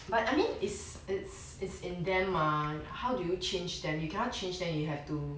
but I mean it's it's it's in them mah how do you change them you cannot change them you have to